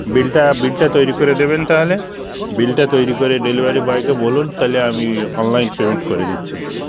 বিলটা বিলটা তৈরি করে দেবেন তাহলে বিলটা তৈরি করে ডেলিভারি বয়কে বলুন তাহলে আমি অনলাইন পেমেন্ট করে দিচ্ছি